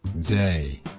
day